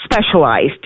specialized